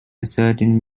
certain